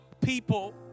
people